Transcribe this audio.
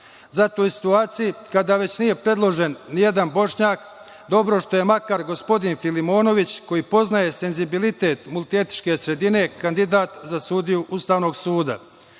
Zato u situaciji, kada već nije predložen nijedan Bošnjak, dobro što je makar gospodin Filimonović, koji poznaje senzibilitet multietničke sredine, kandidat za sudiju Ustavnog